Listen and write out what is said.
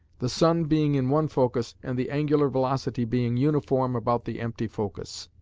the sun being in one focus and the angular velocity being uniform about the empty focus.